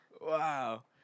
Wow